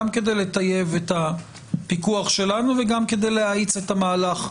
גם כדי לטייב את הפיקוח שלנו וגם כדי להאיץ את המהלך.